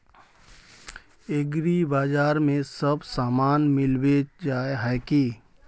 एग्रीबाजार में सब सामान मिलबे जाय है की?